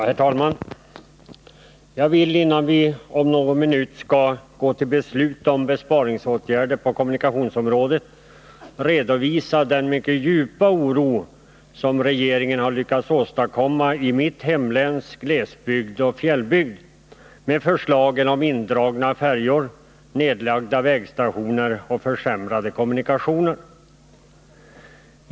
Herr talman! Jag vill, innan vi om någon minut skall gå till beslut om besparingsåtgärderna på kommunikationsområdet, redovisa den mycket djupa oro som regeringen har lyckats åstadkomma i mitt hemläns glesbygd och fjällbygd med förslagen om indragna färjor, nedlagda vägstationer och försämrade kommunikationer.